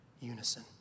unison